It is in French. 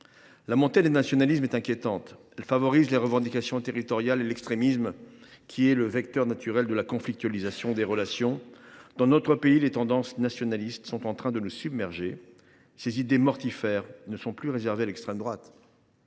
La montée des nationalismes est inquiétante. Elle favorise les revendications territoriales et l’extrémisme, qui est le vecteur naturel de la conflictualisation des relations. Les tendances nationalistes sont en train de submerger notre pays, ces idées mortifères n’étant plus réservées à l’extrême droite.